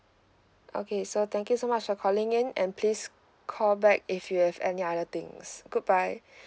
okay so thank you so much for calling in and please call back if you have any other things good bye